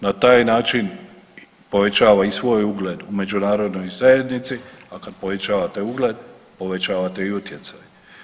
Na taj način povećava i svoj ugled u međunarodnoj zajednici, a kad povećavate ugled, povećavate i utjecaj.